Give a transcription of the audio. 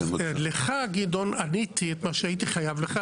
לך גדעון עניתי את מה שהייתי חייב לך.